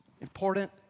Important